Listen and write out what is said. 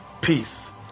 peace